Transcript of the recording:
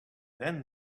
then